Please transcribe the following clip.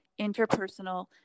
interpersonal